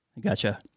gotcha